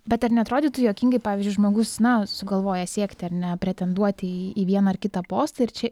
bet ar neatrodytų juokingai pavyzdžiui žmogus na sugalvojęs siekti ar ne pretenduoti į į vieną ar kitą postą ir čia